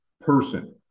person